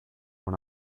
were